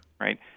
Right